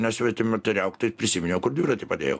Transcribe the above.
nesvetimoteriauk tai prisiminiau kur dviratį padėjau